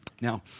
Now